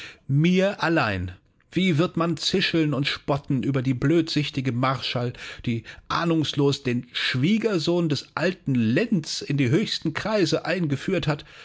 mir allein wie wird man zischeln und spotten über die blödsichtige marschall die ahnungslos den schwiegersohn des alten lenz in die höchsten kreise eingeführt hat